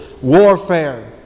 warfare